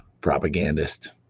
propagandist